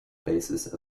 basis